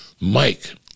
Mike